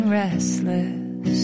restless